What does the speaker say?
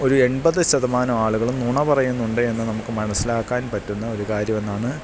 ഒരെൺപത് ശതമാനമാളുകളും നൂണ പറയുന്നുണ്ടെന്നു നമുക്കു മനസ്സിലാക്കാന് പറ്റുന്ന ഒരു കാര്യമെന്നാണ്